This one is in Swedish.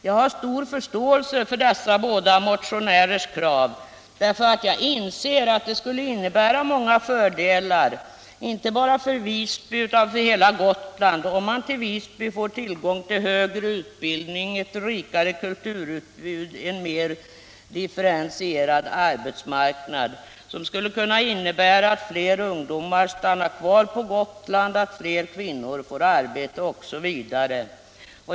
Jag har stor förståelse för dessa båda motionärers krav, eftersom jag inser att det skulle innebära många fördelar, inte bara för Visby utan för hela Gotland, om Visby får tillgång till högre utbildning, ett rikare kulturutbud och en mer differentierad arbetsmarknad. Det skulle kunna innebära att fler ungdomar stannar kvar på Gotland, att fler kvinnor får arbete osv.